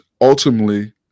ultimately